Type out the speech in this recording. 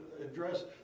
address